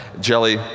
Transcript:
jelly